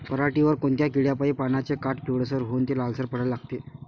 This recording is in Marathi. पऱ्हाटीवर कोनत्या किड्यापाई पानाचे काठं पिवळसर होऊन ते लालसर पडाले लागते?